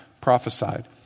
prophesied